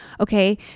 okay